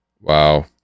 Wow